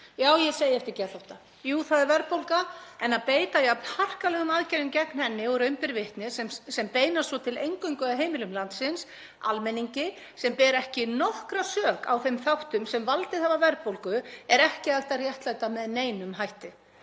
Já, ég segi eftir geðþótta. Jú, það er verðbólga, en að beita jafn harkalegum aðgerðum gegn henni og raun ber vitni sem beinast svo til eingöngu að heimilum landsins, almenningi sem ber ekki nokkra sök á þeim þáttum sem valdið hafa verðbólgu, er ekki hægt að réttlæta með neinum hætti.